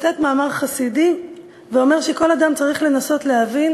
מצטט מאמר חסידי ואומר שכל אדם צריך לנסות להבין